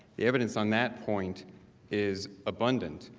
the evidence on that point is abundant.